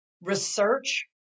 research